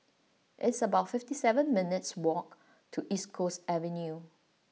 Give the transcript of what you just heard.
it's about fifty seven minutes' walk to East Coast Avenue